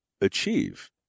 achieve